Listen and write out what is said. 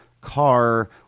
car